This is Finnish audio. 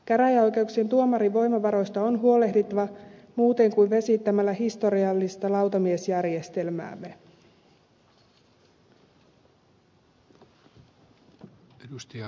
käräjäoikeuksien tuomarivoimavaroista on huolehdittava muuten kuin vesittämällä historiallista lautamiesjärjestelmäämme